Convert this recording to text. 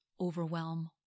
overwhelm